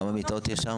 כמה מיטות יש שם?